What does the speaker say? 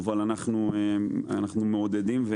אנחנו מעודדים.